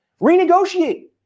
Renegotiate